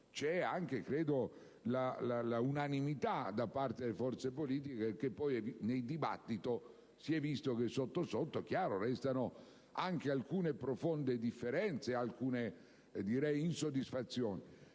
c'è anche, credo, l'unanimità da parte delle forze politiche, anche se poi nel dibattito si è visto che, sotto sotto, come è chiaro, restano alcune profonde differenze e alcune insoddisfazioni.